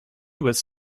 was